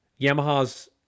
Yamaha's